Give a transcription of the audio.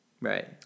right